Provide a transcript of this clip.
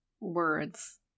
words